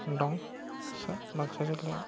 दं बाक्सा जिल्लायाव